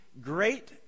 great